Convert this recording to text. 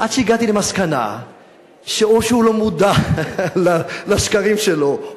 עד שהגעתי למסקנה שאו שהוא לא מודע לשקרים שלו,